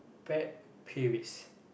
pet peeves